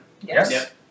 Yes